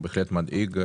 בהחלט זה מדאיג.